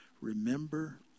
Remember